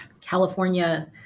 california